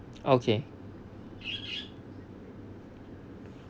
okay